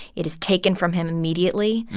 it is taken from him immediately.